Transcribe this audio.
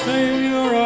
Savior